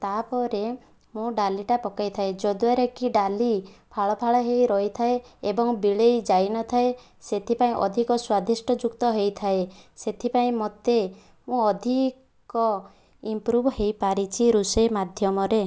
ତାପରେ ମୁଁ ଡାଲିଟା ପକେଇ ଥାଏ ଯଦ୍ଦ୍ଵାରା କି ଡାଲି ଫାଳ ଫାଳ ହୋଇ ରହିଥାଏ ଏବଂ ବିଳେଇ ଯାଇ ନଥାଏ ସେଥିପାଇଁ ଅଧିକ ସ୍ଵାଦିଷ୍ଟ ଯୁକ୍ତ ହେଇଥାଏ ସେଥିପାଇଁ ମୋତେ ମୁଁ ଅଧିକ ଇମ୍ପୃଭ ହୋଇ ପାରିଛି ରୋଷେଇ ମାଧ୍ୟମ ରେ